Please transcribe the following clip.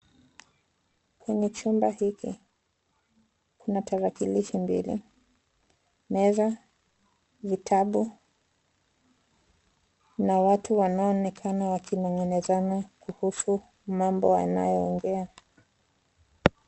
Kwenye chumba hiki, kuna tarakilishi mbili, meza, vitabu na watu wanaoonekana wakinong'onezana kuhusu mambo wanayoongea.